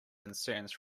concerns